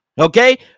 Okay